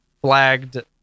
flagged